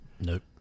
Nope